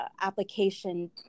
application